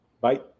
Bye